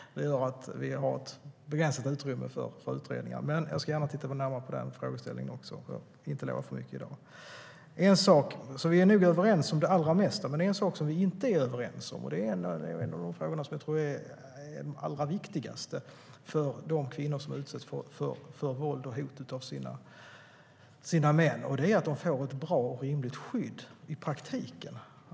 Det gör att vi har ett begränsat utrymme för utredningar, men jag ska gärna titta närmare på den frågeställningen också, även om jag inte kan lova för mycket i dag. Vi är överens om det mesta, men en sak som vi inte är överens om gäller en av de viktigaste frågorna för de kvinnor som utsätts för våld och hot av sina män, nämligen att de får ett bra och rimligt skydd i praktiken.